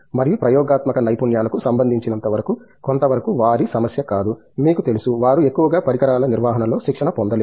మరియు ప్రయోగాత్మక నైపుణ్యాలకు సంబంధించినంతవరకు కొంతవరకు వారి సమస్య కాదు మీకు తెలుసు వారు ఎక్కువగా పరికరాల నిర్వహణలో శిక్షణ పొందలేదు